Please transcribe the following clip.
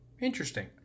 Interesting